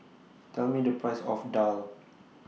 Tell Me The Price of Daal